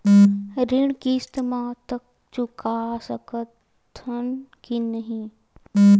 ऋण किस्त मा तक चुका सकत हन कि नहीं?